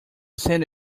sent